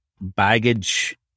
baggage